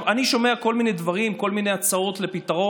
אני שומע כל מיני דברים, כל מיני הצעות לפתרון.